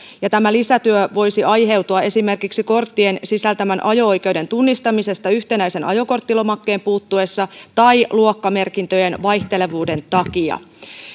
ja tämä lisätyö voisi aiheutua esimerkiksi korttien sisältämän ajo oikeuden tunnistamisesta yhtenäisen ajokorttilomakkeen puuttuessa tai luokkamerkintöjen vaihtelevuuden takia